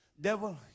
Devil